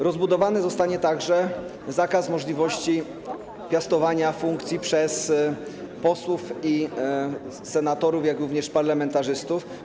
Rozbudowany zostanie także zakaz możliwości piastowania funkcji przez posłów i senatorów, jak również parlamentarzystów.